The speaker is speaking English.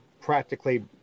practically